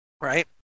Right